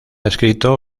escrito